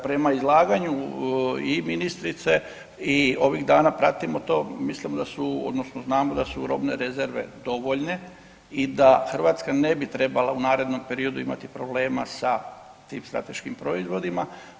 Prema izlaganju i ministrice i ovih dana pratimo to, mislimo da su odnosno znamo da su robne rezerve dovoljne i da Hrvatska ne bi trebala u narednom periodu imati problema sa tim strateškim proizvodima.